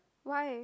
why